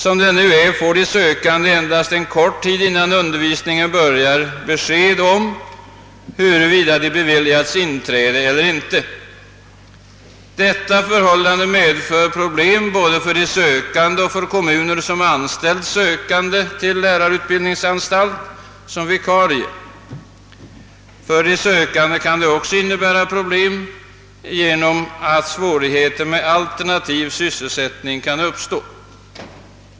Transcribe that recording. Som det nu är får de sökande endast en kort tid innan undervisningen börjar besked om huruvida de beviljats inträde eller inte. Detta förhållande medför problem både för de sökande och för kommuner vilka som vikarie anställt sökande till lärarutbildningsanstalt. För de sökande kan det också innebära problem genom att svårigheter med alternativ sysselsättning uppkommer.